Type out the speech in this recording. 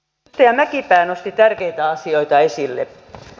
edustaja mäkipää nosti tärkeitä asioita esille